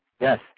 Yes